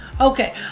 Okay